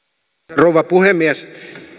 rouva puhemies